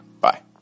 Bye